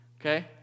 Okay